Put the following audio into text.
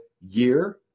year